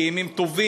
כי אם הם טובים,